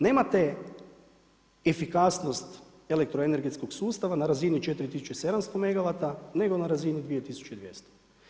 Nemate efikasnost elektroenergetskog sustava na razini 4700 megavata nego na razini 2200.